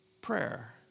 prayer